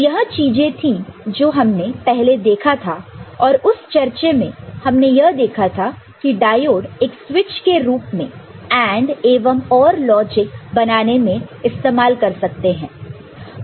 तो यह चीजें थी जो हमने पहले देखा था और उस चर्चे में हमने यह देखा था कि डायोड एक स्विच के रूप में AND एवं OR लॉजिक बनाने में इस्तेमाल कर सकते हैं